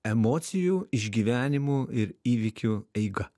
emocijų išgyvenimų ir įvykių eiga